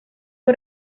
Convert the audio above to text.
fue